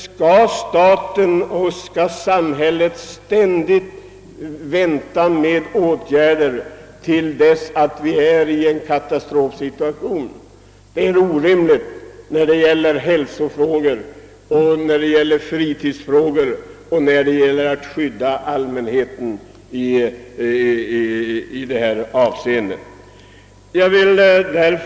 Skall staten och samhället hela tiden vänta med åtgärder tills vi befinner oss i en katastrofsituation? En sådan inställning är orimlig när det gäller att skydda allmänhetens intressen i hälsooch fritidsfrågor.